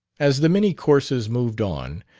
as the many courses moved on,